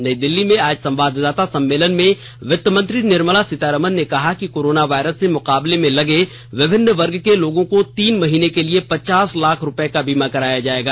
नई दिल्ली में आज संवाददाता सम्मेलन में वित्त मंत्री निर्मला सीतारामन ने कहा कि कोरोना वायरस से मुकाबले में लगे विभिन्न वर्ग के लोगों को तीन महीने के लिए पचास लाख रूपये का बीमा कराया जाएगा